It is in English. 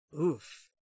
oof